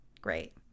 Great